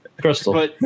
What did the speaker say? Crystal